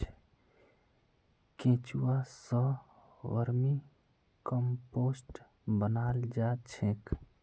केंचुआ स vermicompost बनाल जा छेक